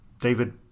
David